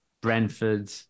Brentford